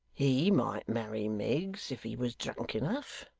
he might marry miggs, if he was drunk enough.